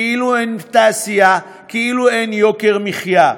כאילו אין תעשייה, כאילו אין יוקר מחיה.